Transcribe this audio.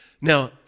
Now